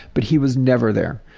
but he was never there.